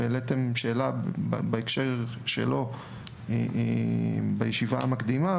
והעליתם שאלה בהקשר שלו בישיבה המקדימה